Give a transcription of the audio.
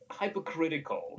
hypocritical